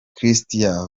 christian